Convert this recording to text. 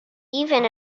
even